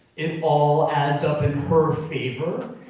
it all adds up in her favor,